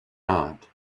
not